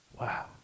Wow